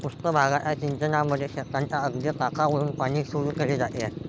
पृष्ठ भागाच्या सिंचनामध्ये शेताच्या अगदी काठावरुन पाणी सुरू केले जाते